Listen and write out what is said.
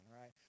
right